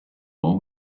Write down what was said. what